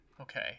Okay